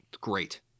Great